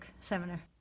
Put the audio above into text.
seminar